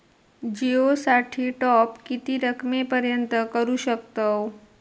जिओ साठी टॉप किती रकमेपर्यंत करू शकतव?